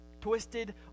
Twisted